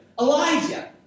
Elijah